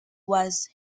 was